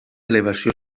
elevació